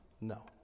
no